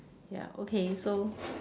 ya okay so